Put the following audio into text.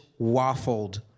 waffled